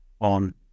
on